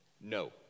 No